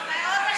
אותנו מאוד,